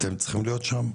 אתם צריכים להיות שם,